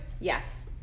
Yes